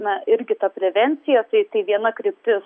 na irgi ta prevencija tai tai viena kryptis